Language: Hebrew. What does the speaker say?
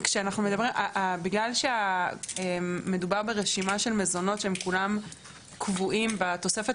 בגלל שמדובר ברשימה של מזונות שכולם קבועים בתוספת